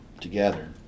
together